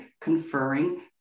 conferring